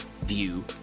view